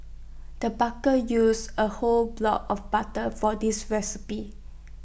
the barker used A whole block of butter for this recipe